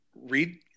read